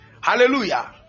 Hallelujah